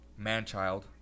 Manchild